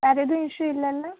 வேறு எதுவும் இஸ்யூ இல்லைல